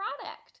product